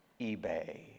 eBay